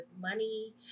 money